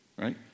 right